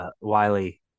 Wiley